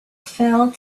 fell